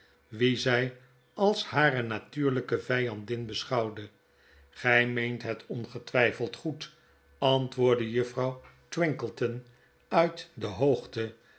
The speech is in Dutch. wie zy als hare natuurlyke vijandin beschouwde gy meent het ongetwijfeld goed antwoordde juffrouw twinkleton uit de hoogte